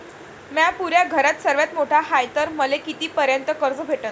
म्या पुऱ्या घरात सर्वांत मोठा हाय तर मले किती पर्यंत कर्ज भेटन?